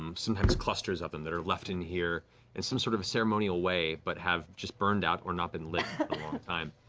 um sometimes clusters of them, that are left in here in some sort of ceremonial way, but have just burned out or not been lit in